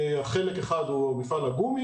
חלק אחד הוא מפעל הגומי